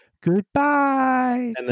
goodbye